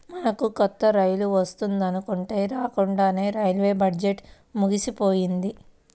మనకు కొత్త రైలు వస్తుందనుకుంటే రాకండానే రైల్వే బడ్జెట్టు ముగిసిపోయింది